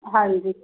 ਹਾਂਜੀ